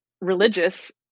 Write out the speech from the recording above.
religious